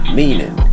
meaning